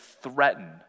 threaten